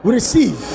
Receive